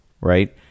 right